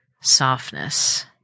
softness